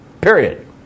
period